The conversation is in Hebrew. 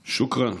שוכרן.